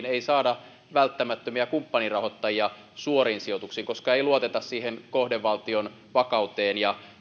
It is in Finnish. ei saada välttämättömiä kumppanirahoittajia suoriin sijoituksiin koska ei luoteta siihen kohdevaltion vakauteen ja